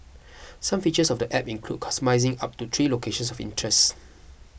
some features of the app include customising up to three locations of interest